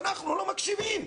ואנחנו לא מקשיבים.